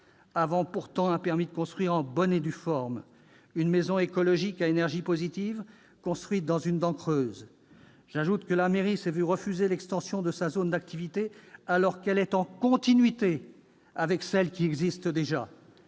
détient pourtant un permis de construire en bonne et due forme, une maison écologique à énergie positive construite dans une dent creuse. J'ajoute que la mairie s'est vu refuser l'extension de sa zone d'activité, alors qu'elle est en continuité de celle qui existe déjà.